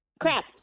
Crap